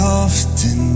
often